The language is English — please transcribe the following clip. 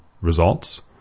results